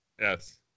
yes